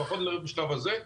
לפחות לא בשלב הזה,